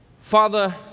Father